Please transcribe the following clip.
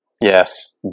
Yes